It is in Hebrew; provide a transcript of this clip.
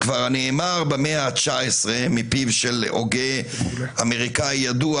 כבר נאמר במאה ה-19 מפיו של הוגה אמריקני ידוע